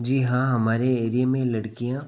जी हाँ हमारे एरिये में लड़कियाँ